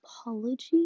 apology